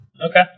Okay